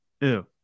ew